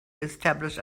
establish